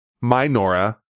minora